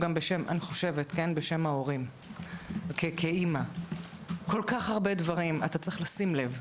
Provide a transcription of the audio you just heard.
כמו שאורלי אמרה, תחשבו, כל ילד כזה זאת משפחה